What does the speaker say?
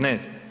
Ne.